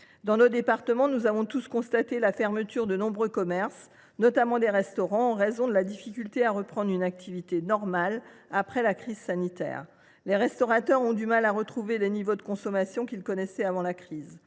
Dans nos départements, nous avons tous constaté la fermeture de nombreux commerces, notamment des restaurants, en raison de leur difficulté à reprendre une activité normale après la crise sanitaire. Les restaurateurs ont du mal à retrouver les niveaux de consommation d’avant la crise.